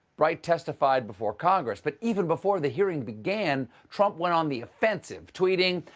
bright testified before congress. but even before the hearing began, trump went on the offensive tweeting,